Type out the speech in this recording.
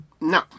No